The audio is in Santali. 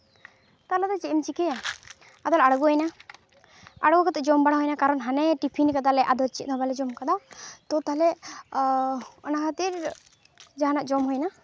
ᱛᱟᱦᱚᱞᱮ ᱫᱚ ᱪᱮᱫ ᱮᱢ ᱪᱤᱠᱟᱹᱭᱟ ᱟᱫᱚᱞᱮ ᱟᱬᱜᱚᱭᱱᱟ ᱟᱬᱜᱚ ᱠᱟᱛᱮ ᱡᱚᱢ ᱵᱟᱲᱟ ᱦᱩᱭᱱᱟ ᱠᱟᱨᱚᱱ ᱦᱟᱱᱮ ᱴᱤᱯᱷᱤᱱ ᱠᱟᱫᱟᱞᱮ ᱟᱫᱚ ᱪᱮᱫ ᱦᱚᱸ ᱵᱟᱞᱮ ᱡᱚᱢ ᱠᱟᱫᱟ ᱛᱚ ᱛᱟᱦᱚᱞᱮ ᱚᱱᱟ ᱠᱷᱟᱹᱛᱤᱨ ᱡᱟᱦᱟᱱᱟᱜ ᱡᱚᱢ ᱦᱩᱭᱮᱱᱟ